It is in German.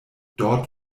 dort